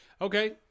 okay